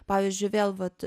pavyzdžiui vėl vat